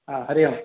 आ हरि ओम्